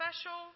special